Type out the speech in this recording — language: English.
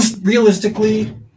realistically